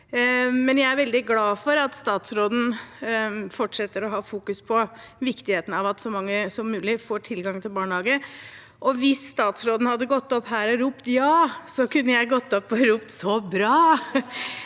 Men jeg er veldig glad for at statsråden fortsetter å sette søkelys på viktigheten av at så mange som mulig får tilgang til barnehage. Hvis statsråden hadde gått opp her og ropt «ja», kunne jeg gått opp og ropt «så bra»,